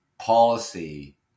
policy